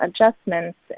adjustments